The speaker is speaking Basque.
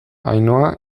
ainhoa